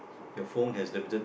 your phone has limited